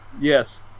Yes